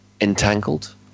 entangled